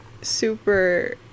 super